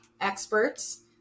experts